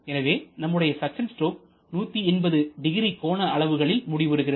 எனவே நம்முடைய suction stroke 1800 கோண அளவுகளில் முடிவுறுகிறது